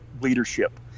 leadership